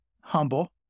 humble